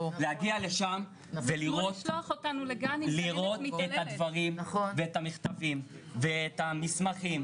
להגיע לשם ולראות את הדברים ואת המכתבים ואת המסמכים